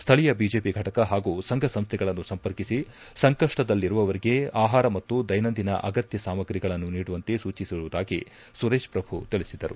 ಸ್ಥಳೀಯ ಬಿಜೆಪಿ ಫಟಕ ಹಾಗೂ ಸಂಘ ಸಂಸ್ವೆಗಳನ್ನು ಸಂಪರ್ಕಿಸಿ ಸಂಕಷ್ಷದಲ್ಲಿರುವವರಿಗೆ ಆಹಾರ ಮತ್ತು ದ್ಯೆನಂದಿನ ಅಗತ್ಯ ಸಾಮಗ್ರಿಗಳನ್ನು ನೀಡುವಂತೆ ಸೂಚಿಸಿರುವುದಾಗಿ ಸುರೇಶ್ ಪ್ರಭು ತಿಳಿಸಿದರು